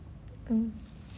mm